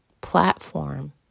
platform